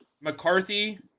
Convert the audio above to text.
mccarthy